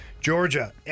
Georgia